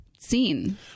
seen